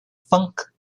funk